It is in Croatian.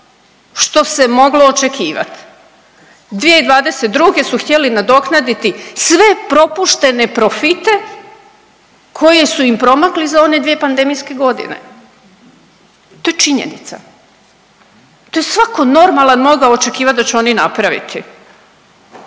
što se moglo očekivati. 2022. su htjeli nadoknaditi sve propuštene profite koji su im promakli za one dvije pandemijske godine. To je činjenica, to je svatko normalan mogao očekivati da će oni napraviti.